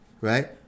right